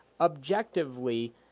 objectively